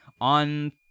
on